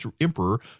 emperor